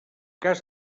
cas